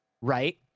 right